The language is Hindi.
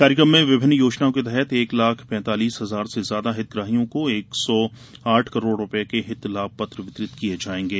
कार्यक्रम में विभिन्न योजनाओं के तहत एक लाख पैतालीस हजार से ज्यादा हितग्राहियों को एक सौ आठ करोड़ रूपये के हितलाभ पत्र वितरित किये जायेंगे